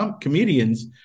comedians